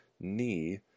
knee